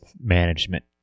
management